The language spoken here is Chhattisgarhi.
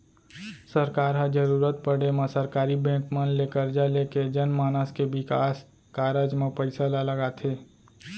सरकार ह जरुरत पड़े म सरकारी बेंक मन ले करजा लेके जनमानस के बिकास कारज म पइसा ल लगाथे